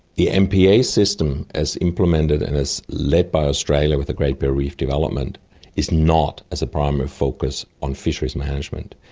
the mpa system as implemented and as led by australia with the great barrier reef development is not as a primary focus on fisheries management.